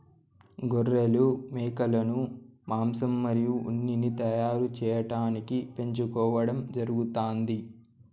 గొర్రెలు, మేకలను మాంసం మరియు ఉన్నిని తయారు చేయటానికి పెంచుకోవడం జరుగుతాంది